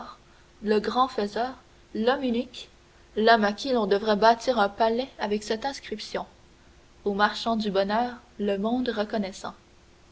le grand faiseur l'homme unique l'homme à qui l'on devrait bâtir un palais avec cette inscription au marchand du bonheur le monde reconnaissant